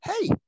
Hey